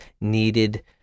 needed